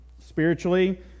spiritually